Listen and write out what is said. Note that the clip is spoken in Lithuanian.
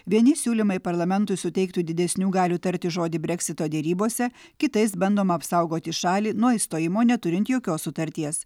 vieni siūlymai parlamentui suteiktų didesnių galių tarti žodį breksito derybose kitais bandoma apsaugoti šalį nuo išstojimo neturint jokios sutarties